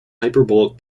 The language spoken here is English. hyperbolic